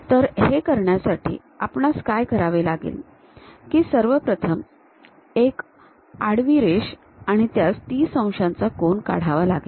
तर हे करण्यासाठी आपणास काय करावे लागेल की सर्वप्रथम एक आडवी रेष आणि त्यास ३० अंशांचा कोन काढावा लागेल